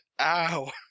Ow